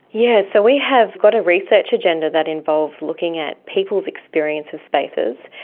yeah so we have got a research agenda that involves looking at people's experience of spaces,